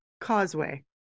Causeway